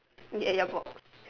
ya box